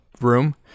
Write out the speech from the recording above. room